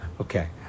Okay